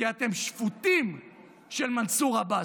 כי אתם שפוטים של מנסור עבאס.